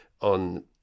on